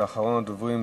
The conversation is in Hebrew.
ואחרון הדוברים,